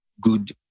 good